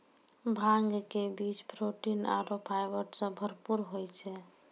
भांग के बीज प्रोटीन आरो फाइबर सॅ भरपूर होय छै